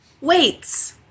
Weights